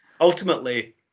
Ultimately